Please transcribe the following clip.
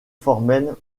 formelle